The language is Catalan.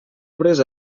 arbres